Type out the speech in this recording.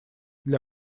для